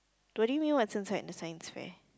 do you really mean what's inside the science fair